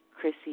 Chrissy